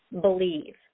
Believe